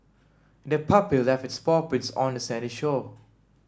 the puppy left its paw prints on the sandy shore